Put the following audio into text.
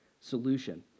solution